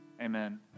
Amen